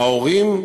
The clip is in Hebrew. ההורים,